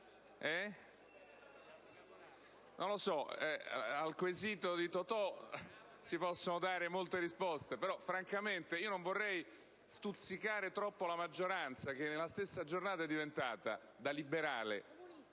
o liberali? Al quesito di Totò si possono dare molte risposte, ma francamente non vorrei stuzzicare troppo la maggioranza, che nella stessa giornata è diventata, da liberale,